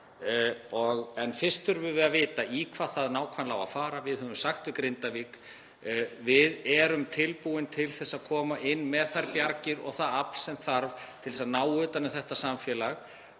En fyrst þurfum við að vita í hvað það á nákvæmlega að fara. Við höfum sagt við Grindavík: Við erum tilbúin til að koma inn með þær bjargir og það afl sem þarf til þess að ná utan um þetta samfélag